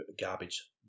garbage